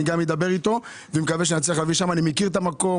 אני מכיר את המקום.